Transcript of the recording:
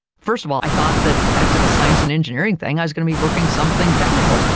first of all, i thought that back to the science and engineering thing i was going to be working something technical,